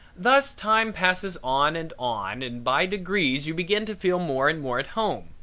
thus time passes on and on and by degrees you begin to feel more and more at home.